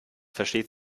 versteht